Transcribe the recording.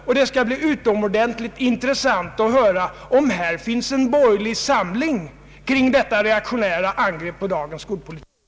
Och det skall bli utomordentligt intressant att höra om här finns en borgerlig samling kring detta reaktionära angrepp på dagens skolpolitik.